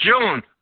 June